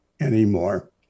anymore